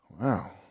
Wow